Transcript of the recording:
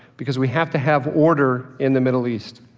because we have to have order in the middle east.